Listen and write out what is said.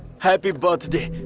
happy birthday.